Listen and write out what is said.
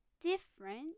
different